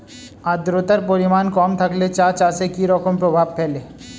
আদ্রতার পরিমাণ কম থাকলে চা চাষে কি রকম প্রভাব ফেলে?